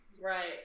Right